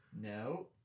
No